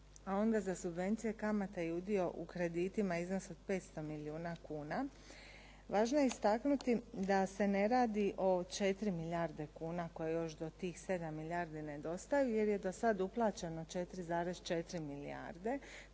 za subvencije kamata i udio u kreditima u iznosu od 500 milijuna kuna važno je istaknuti da se ne radi o 4 milijarde kuna koje još do tih 7 milijardi nedostaju, jer je do sad uplaćeno 4,4 milijarde